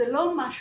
זה לא משהו